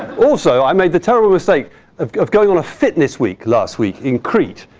also, i made the terrible mistake of of going on a fitness week last week in crete.